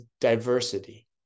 diversity